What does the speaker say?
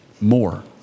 more